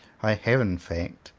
i have, in fact,